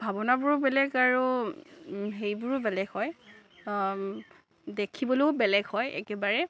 ভাবনাবোৰো বেলেগ আৰু হেৰিবোৰো বেলেগ হয় দেখিবলৈয়ো বেলেগ হয় একেবাৰে